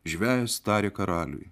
žvejas tarė karaliui